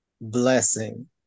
blessing